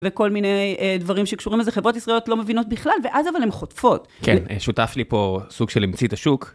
וכל מיני דברים שקשורים לזה, חברות ישראליות לא מבינות בכלל, ואז אבל הן חוטפות. כן, שותף לי פה סוג של המציא את השוק.